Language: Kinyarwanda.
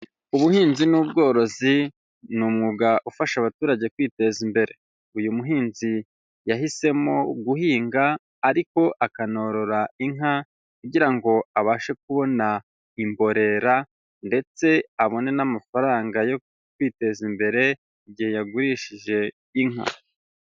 Ubuhinzi n'ubworozi ni umwuga ufasha abaturage kwiteza imbere. Uyu muhinzi yahisemo guhinga ariko akanorora inka kugira ngo abashe kubona imborera ndetse abone n'amafaranga yo kwiteza imbere, igihe yagurishije inka.